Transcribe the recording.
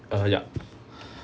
err yup